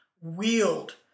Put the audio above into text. wield